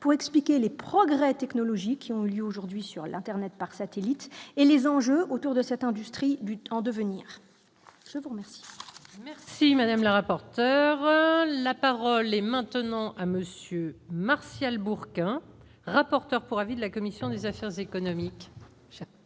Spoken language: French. pour expliquer les progrès technologiques qui ont eu lieu aujourd'hui sur l'Internet par satellite et les enjeux autour de cette industrie but en devenir, je vous remercie. Si Madame le rapporteur, la parole est maintenant à monsieur Martial Bourquin, rapporteur pour avis de la commission des affaires économiques.